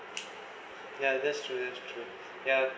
ya that's true that's true yeah